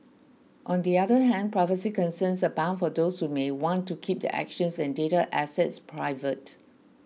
on the other hand privacy concerns abound for those who may want to keep their actions and data assets private